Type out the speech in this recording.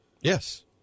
Yes